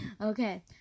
Okay